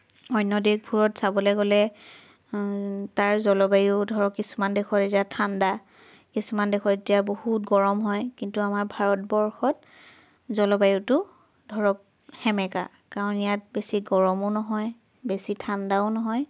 অন্য দেশবোৰত চাবলৈ গ'লে তাৰ জলবায়ু ধৰক কিছুমান দেশৰ এতিয়া ঠাণ্ডা কিছুমান দেশত এতিয়া বহুত গৰম হয় কিন্তু আমাৰ ভাৰতবৰ্ষত জলবায়ুটো ধৰক সেমেকা কাৰণ ইয়াত বেছি গৰমো নহয় বেছি ঠাণ্ডাও নহয়